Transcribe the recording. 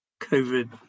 COVID